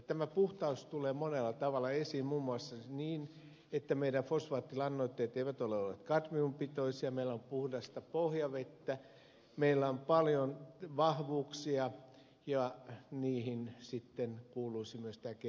tämä puhtaus tulee monella tavalla esiin muun muassa niin että meidän fosfaattilannoitteemme eivät ole olleet kadmiumpitoisia meillä on puhdasta pohjavettä meillä on paljon vahvuuksia ja niihin sitten kuuluisi myös tämä gmo vapaus